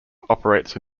operates